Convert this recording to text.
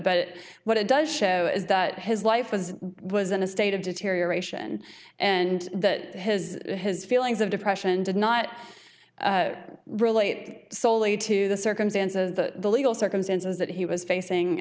but what it does show is that his life was was in a state of deterioration and that his his feelings of depression did not relate soley to the circumstance of the legal circumstances that he was